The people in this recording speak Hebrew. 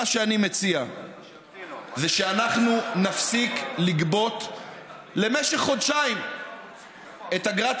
מה שאני מציע זה שאנחנו נפסיק לגבות למשך חודשיים את אגרת